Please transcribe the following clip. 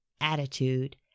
attitude